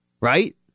right